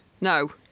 no